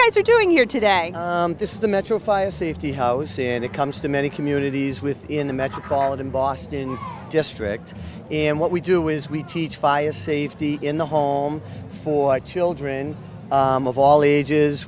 guys are doing here today this is the metro fire safety house and it comes to many communities with in the metropolitan boston district and what we do is we teach fire safety in the home for children of all ages